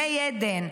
מי עדן,